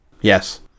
Yes